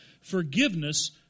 Forgiveness